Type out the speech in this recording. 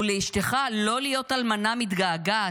ולאשתך לא להיות אלמנה מתגעגעת,